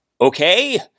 Okay